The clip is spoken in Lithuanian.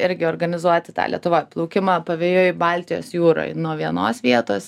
irgi organizuoti tą lietuva plaukimą pavėjui baltijos jūroj nuo vienos vietos